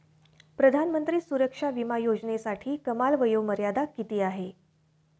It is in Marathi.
प्रधानमंत्री सुरक्षा विमा योजनेसाठी कमाल वयोमर्यादा किती आहे?